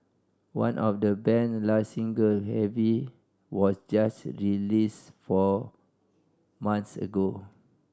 one of the band's last singles Heavy was just released four months ago